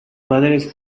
padres